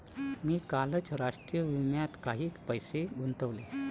मी कालच राष्ट्रीय विम्यात काही पैसे गुंतवले